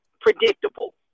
predictable